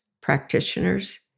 practitioners